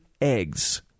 eggs